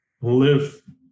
live